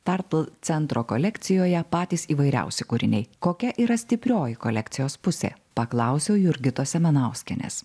tartl centro kolekcijoje patys įvairiausi kūriniai kokia yra stiprioji kolekcijos pusė paklausiau jurgitos semanauskienės